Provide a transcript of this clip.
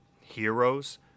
heroes